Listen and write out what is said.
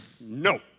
no